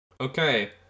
okay